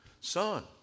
Son